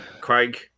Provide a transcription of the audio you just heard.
Craig